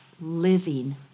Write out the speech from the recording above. living